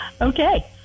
Okay